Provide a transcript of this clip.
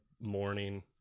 morning